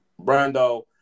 Brando